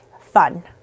fun